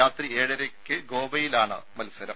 രാത്രി ഏഴരയ്ക്ക് ഗോവയിലാണ് മത്സരം